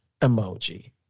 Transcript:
emoji